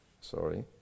sorry